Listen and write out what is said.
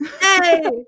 Hey